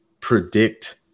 predict